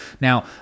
Now